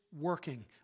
Working